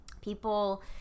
people –